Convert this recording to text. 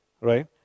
right